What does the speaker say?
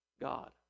God